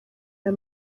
aya